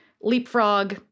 leapfrog